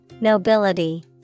Nobility